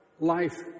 Life